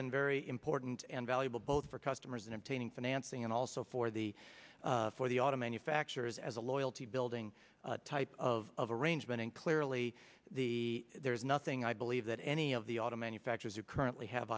been very important and valuable both for customers in obtaining financing and also for the for the auto manufacturers as a loyalty building type of arrangement and clearly the there is nothing i believe that any of the auto manufacturers who currently have